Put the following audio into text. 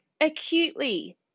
acutely